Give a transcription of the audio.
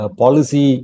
policy